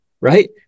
right